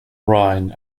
rhine